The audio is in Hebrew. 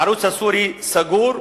הערוץ הסורי סגור,